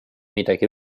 midagi